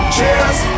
Cheers